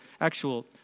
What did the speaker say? actual